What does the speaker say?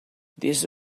this